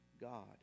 God